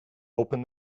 open